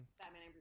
Batman